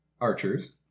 archers